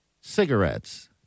cigarettes